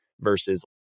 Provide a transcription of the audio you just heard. versus